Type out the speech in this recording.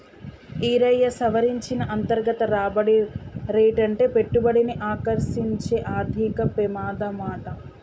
ఈరయ్యా, సవరించిన అంతర్గత రాబడి రేటంటే పెట్టుబడిని ఆకర్సించే ఆర్థిక పెమాదమాట